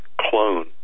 clone